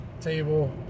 table